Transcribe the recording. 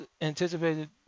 anticipated